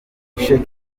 sheikh